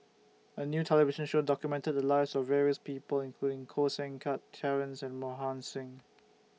A New television Show documented The Lives of various People including Koh Seng Kiat Terence and Mohan Singh